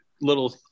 little